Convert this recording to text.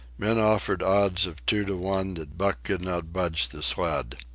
men offered odds of two to one that buck could not budge the sled.